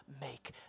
make